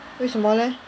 为什么 leh